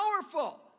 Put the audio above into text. powerful